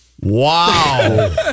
Wow